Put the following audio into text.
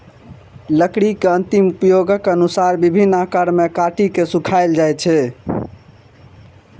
लकड़ी के अंतिम उपयोगक अनुसार विभिन्न आकार मे काटि के सुखाएल जाइ छै